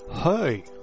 hey